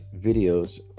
videos